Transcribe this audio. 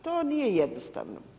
To nije jednostavno.